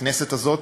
והכנסת הזאת,